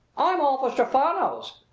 i'm all for stephano's,